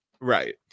right